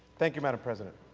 thank you, madam president.